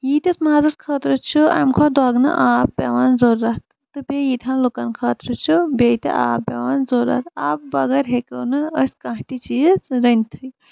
ییٖتِس مازس خٲطرٕ چھِ اَمہِ کھۄتہٕ دوٚگنہٕ آب پیٚوان ضروٗرت تہٕ بیٚیہِ ییٖتہِ ہن لوٗکن خٲطرٕ چھُ بیٚیہِ تہِ آب پیٚوان ضروٗرت آبہٕ بغٲر ہیٚکو نہٕ أسۍ کانٛہہ تہِ چیٖز رٔنتھٕے